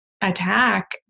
attack